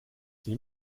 die